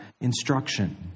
instruction